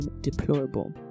deplorable